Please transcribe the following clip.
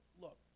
Look